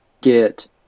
get